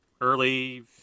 early